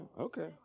Okay